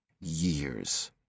years